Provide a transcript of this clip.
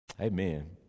Amen